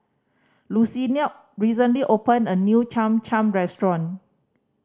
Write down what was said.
Lucina recently opened a new Cham Cham restaurant